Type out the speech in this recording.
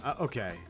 Okay